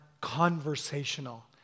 conversational